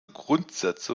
grundsätze